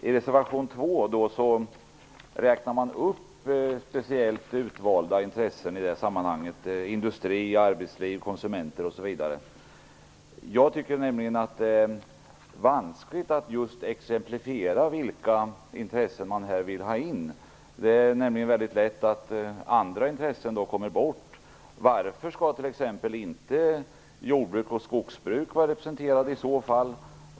I reservation 2 räknar man upp speciellt utvalda intressen i det här sammanhanget, industri, arbetsliv, konsumenter osv. Jag tycker att det är vanskligt att exemplifiera vilka intressen man vill ha med här. Det är nämligen mycket lätt att andra intressen kommer bort då. Varför skall t.ex inte jordbruk och skogsbruk vara representerade?